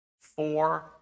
four